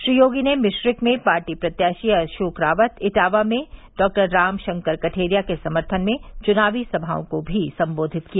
श्री योगी ने मिश्रिख में पार्टी प्रत्याशी अशोक रावत इटावा में डॉक्टर रामशंकर कठेरिया के समर्थन में चुनावी सभाओं को भी संबोधित किया